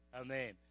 Amen